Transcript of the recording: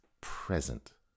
present